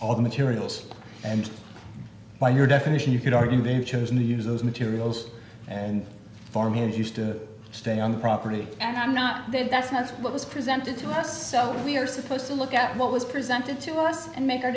all the materials and by your definition you could argue they've chosen to use those materials and farming is used to stay on the property and i'm not there that's not what was presented to us so we're supposed to look at what was presented to us and make our